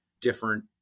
different